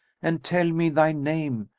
and tell me thy name,